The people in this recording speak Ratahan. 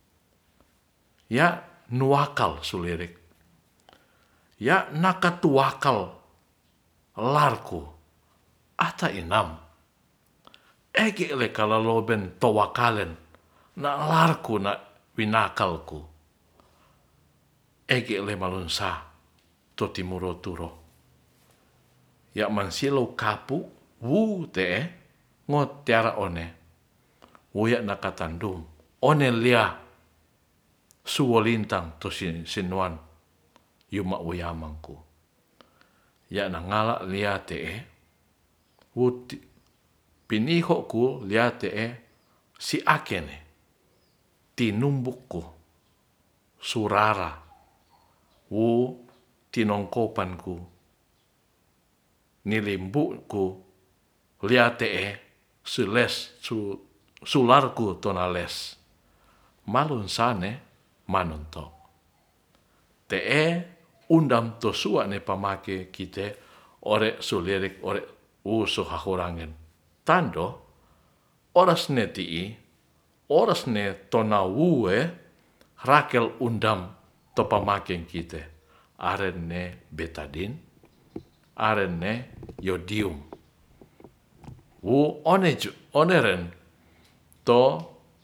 Ya nuakal sulirik ya naka tuakal larko ata enam ekikalalo ben towa kalen na larku na pinakal ko eki le malesah totimoro turo ya masilou kapuk wu te'e ngo tiara onewuya nakatan dum one lia suo lintang tosi sinoan yuma noyamang ko ya na ngala lia te'e wuti piniho ku lia te'e si akene tinumbuku surara wo tinongkopan ku nelembu ko lia te'e se les su larku tona les mar sane manontok te'e undam tu sua'ne pamake kite ore sulirik ore wu sohahorangen tando ores ne ti'i ores ne tonawu e rakel undam topamakeng kite aren ne betadin aren ne yodium wu one cu re'en to